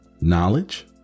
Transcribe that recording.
knowledge